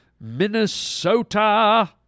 Minnesota